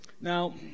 now